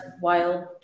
wild